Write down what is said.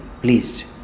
pleased